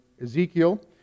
Ezekiel